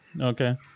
okay